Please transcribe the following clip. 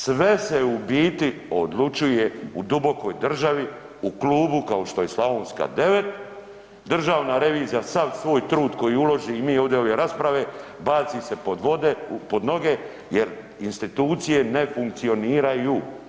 Sve se u biti odlučuje u dubokoj državi, u klubu kao što je Slavonska 9, državna revizija sav svoj trud koji uloži i mi ode ove rasprave, baci se pod vode, pod noge jer institucije ne funkcioniraju.